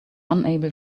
unable